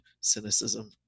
cynicism